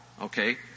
Okay